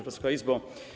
Wysoka Izbo!